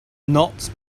not